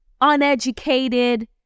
uneducated